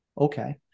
Okay